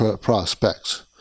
prospects